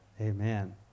amen